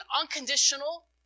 unconditional